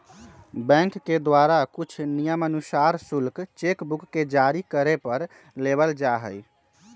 bank के द्वारा कुछ नियमानुसार शुल्क चेक बुक के जारी करे पर लेबल जा हई